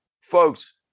Folks